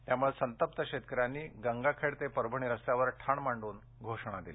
त्यामूळं संतप्त शेतकऱ्यांनी गंगाखेड ते परभणी रस्त्यावर ठाण मांडून घोषणा दिल्या